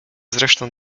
zresztą